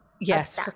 Yes